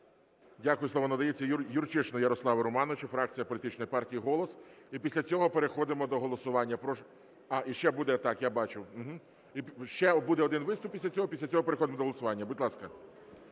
Дякую. Слово надається Юрчишину Ярославу Романовичу, фракція політичної партії "Голос". І після цього переходимо до голосування.